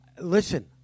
listen